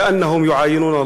כי הם יחזו את